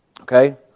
okay